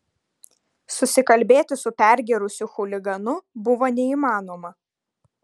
susikalbėti su pergėrusiu chuliganu buvo neįmanoma